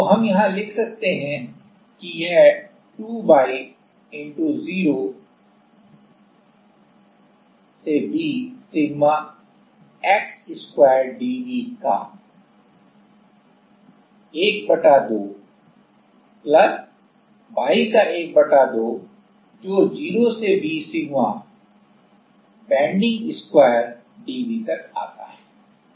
तो यहाँ हम लिख सकते हैं कि यह 2 y 0 से V सिग्मा x2 dV का 12 y का 12 जो 0 से V sigma bending square dV तक आता है